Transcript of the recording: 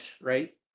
right